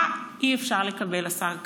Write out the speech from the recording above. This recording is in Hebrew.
מה אי-אפשר לקבל, השר כץ?